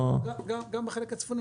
גם בחלק הצפוני,